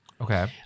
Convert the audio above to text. Okay